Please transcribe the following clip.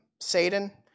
Satan